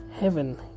heaven